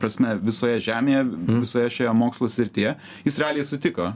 prasme visoje žemėje visoje šioje mokslo srityje jis realiai sutiko